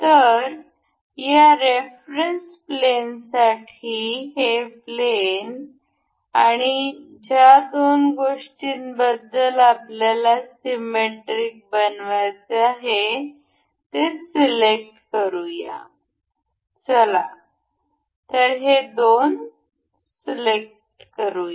तर या रेफरन्स प्लेनसाठी हे प्लेन आणि ज्या दोन गोष्टींबद्दल आपल्याला सिमेट्रिक बनवायचे आहे ते सिलेक्ट करूया चला तर हे दोन सिलेक्ट करूया